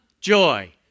joy